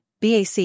BAC